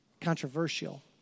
controversial